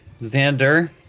Xander